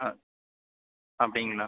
ஆ அப்படிங்களா